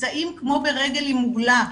פצעים כמו ברגל עם מוגלה,